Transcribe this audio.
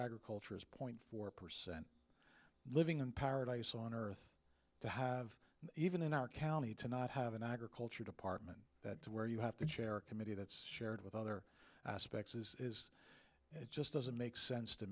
agriculture is point four percent living in paradise on earth to have even in our county to not have an agriculture department that to where you have to share a committee that's shared with other aspects is is it just doesn't make sense to